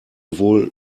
wohl